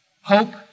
hope